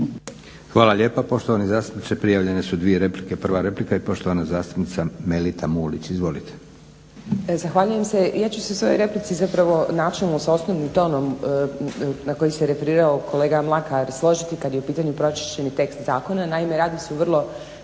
Hvala lijepa. Poštovani zastupniče prijavljene su dvije replike. Prva replika i poštovana zastupnica Melita Mulić. Izvolite. **Mulić, Melita (SDP)** Zahvaljujem se. Ja ću se u svojoj replici zapravo načelno sa osnovnim tonom na koji se referirao kolega Mlakar složiti kad je u pitanju pročišćeni tekst zakona. Naime, radi se o vrlo